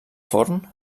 forn